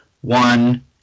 One